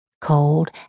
cold